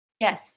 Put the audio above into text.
Yes